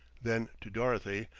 then, to dorothy,